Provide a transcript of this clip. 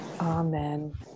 Amen